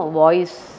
voice